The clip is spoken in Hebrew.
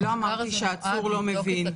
אני לא אמרתי שהעצור לא מבין.